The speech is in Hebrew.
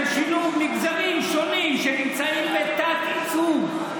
של שילוב מגזרים שונים שנמצאים בתת-ייצוג,